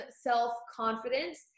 self-confidence